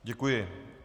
Děkuji.